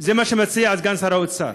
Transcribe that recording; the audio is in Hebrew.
זה מה שמציע סגן שר האוצר.